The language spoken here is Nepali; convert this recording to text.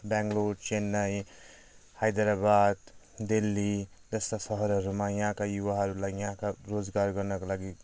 बङ्गलोर चेन्नई हैदराबाद दिल्ली जस्ता सहरहरूमा यहाँका युवाहरूलाई यहाँका रोजगार गर्नका लागी